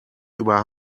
über